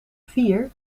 vier